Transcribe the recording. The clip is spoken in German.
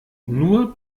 nur